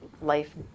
Life